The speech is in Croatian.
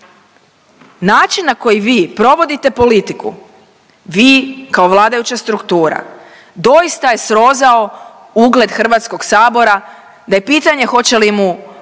Način na koji vi provodite politiku, vi kao vladajuća struktura, doista je srozao ugled HS da je pitanje hoće li mu